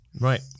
Right